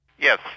Yes